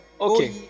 Okay